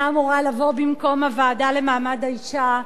אמורה לבוא במקום הוועדה למעמד האשה,